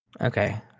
Okay